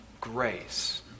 grace